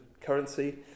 currency